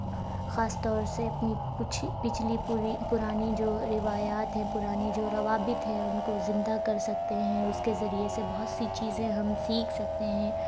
خاص طور سے اپنی پچھلی پوری پرانی جو روایات ہیں پرانی جو روابط ہے ان کو زندہ کر سکتے ہیں اس کے ذریعے سے بہت سی چیزیں ہم سیکھ سکتے ہیں